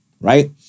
Right